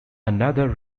another